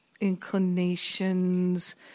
inclinations